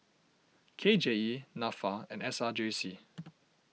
K J E Nafa and S R J C